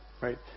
right